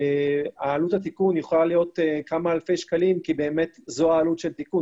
עלות התיקון יכולה להיות כמה אלפי שקלים כי זאת העלות של התיקון.